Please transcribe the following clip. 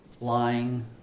lying